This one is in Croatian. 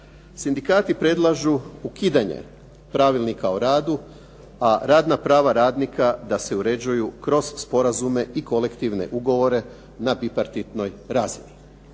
Sindikati predlažu ukidanje pravilnika o radu a radna prava radnika da se uređuju kroz sporazume i kolektivne ugovore na bipartitnoj razini.